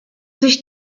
sich